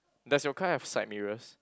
does your car have side mirrors